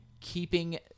keeping